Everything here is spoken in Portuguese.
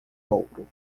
ouro